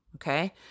Okay